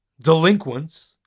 delinquents